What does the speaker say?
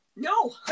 No